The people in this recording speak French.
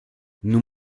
nous